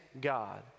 God